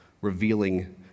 revealing